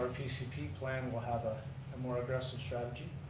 pcp plan, we'll have a more aggressive strategy.